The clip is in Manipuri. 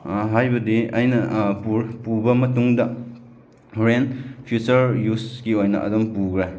ꯍꯥꯏꯕꯗꯤ ꯑꯩꯅ ꯄꯨꯕ ꯃꯇꯨꯡꯗ ꯍꯣꯔꯦꯟ ꯐ꯭ꯌꯨꯆꯔ ꯌꯨꯖꯀꯤ ꯑꯣꯏꯅ ꯑꯗꯨꯝ ꯄꯨꯈ꯭ꯔꯦ